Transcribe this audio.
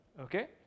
Okay